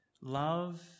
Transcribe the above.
Love